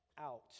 out